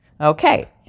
Okay